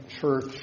Church